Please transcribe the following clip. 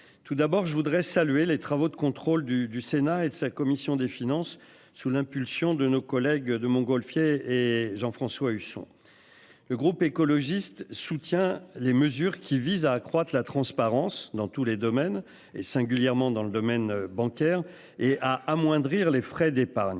Tout d'abord je voudrais saluer les travaux de contrôle du, du Sénat et de sa commission des finances, sous l'impulsion de nos collègues de Montgolfier et Jean-François Husson. Le groupe écologiste soutient les mesures qui visent à accroître la transparence dans tous les domaines et singulièrement dans le domaine bancaire et à amoindrir les frais d'épargne